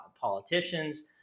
politicians